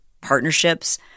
partnerships